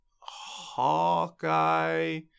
Hawkeye